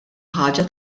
ħaġa